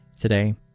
Today